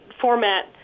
format